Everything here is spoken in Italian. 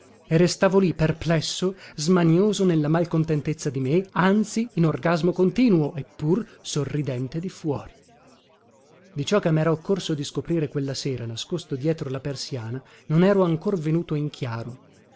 e restavo lì perplesso smanioso nella mal contentezza di me anzi in orgasmo continuo eppur sorridente di fuori di ciò che mera occorso di scoprire quella sera nascosto dietro la persiana non ero ancor venuto in chiaro